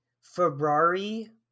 Ferrari